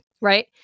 right